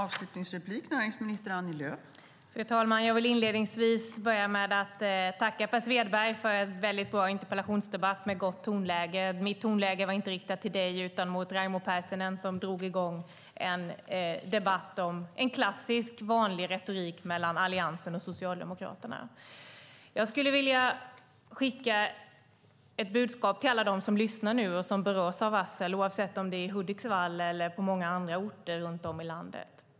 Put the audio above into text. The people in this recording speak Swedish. Fru talman! Jag vill inledningsvis tacka Per Svedberg för en väldigt bra interpellationsdebatt med ett gott tonläge. Mitt tonläge var inte riktat till dig utan mot Raimo Pärssinen som drog i gång en klassisk retorik mellan Alliansen och Socialdemokraterna. Jag skulle vilja skicka ett budskap till alla dem som lyssnar nu och som berörs av varsel, oavsett om det är i Hudiksvall eller på många andra orter runt om i landet.